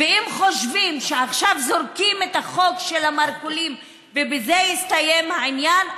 אם חושבים שעכשיו זורקים את החוק של המרכולים ובזה יסתיים העניין,